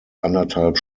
anderthalb